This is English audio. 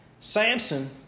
Samson